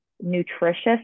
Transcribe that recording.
nutritious